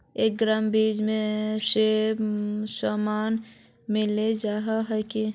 एग्रीबाजार में सब सामान मिलबे जाय है की?